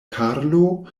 karlo